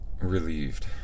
relieved